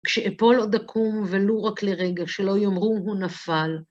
כשאפול עוד אקום ולא רק לרגע, שלא יאמרו הוא נפל.